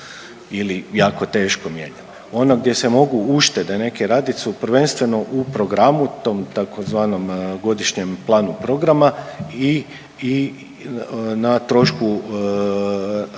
ili jako teško mijenjati. Ono gdje se mogu uštede neke raditi su prvenstveno u programu, tom tzv. Godišnjem planu programa i na trošku radne